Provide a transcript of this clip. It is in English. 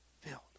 Filled